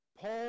Paul